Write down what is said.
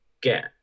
get